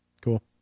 Cool